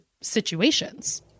situations